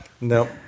No